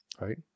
Right